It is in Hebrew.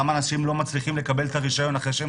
כמה אנשים לא מצליחים לקבל את הרישיון אחרי שהם